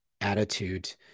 attitude